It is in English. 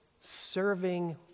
serving